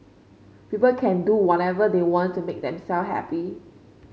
people can do whatever they want to make themself happy